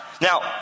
Now